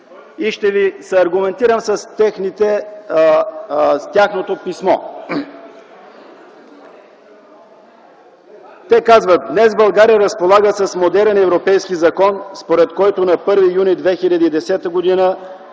Ще се аргументирам с тяхното писмо. Те казват: „Днес България разполага с модерен европейски закон, според който на 1 юни 2010 г.